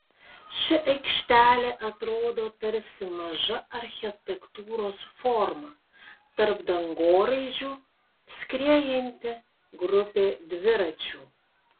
ši aikštelė atrodo tarsi maža architektūros forma tarp dangoraižių skriejanti grupė dviračių